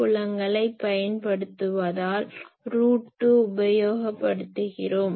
புலங்களை பயன்படுத்துவதால் ரூட் 2 உபயோகப்படுத்துகிறோம்